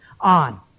on